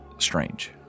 strange